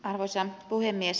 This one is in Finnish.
arvoisa puhemies